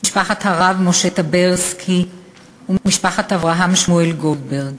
משפחת הרב משה טברסקי ומשפחת אברהם שמואל גולדברג.